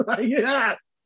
Yes